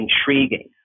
intriguing